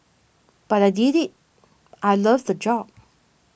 but I did it I loved the job